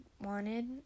wanted